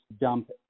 dump